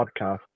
podcast